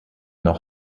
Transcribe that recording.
noch